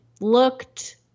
looked